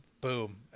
Boom